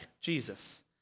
Jesus